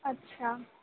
আচ্ছা